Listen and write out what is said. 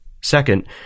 Second